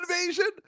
invasion